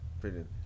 Brilliant